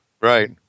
Right